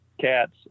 cats